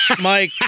Mike